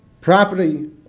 property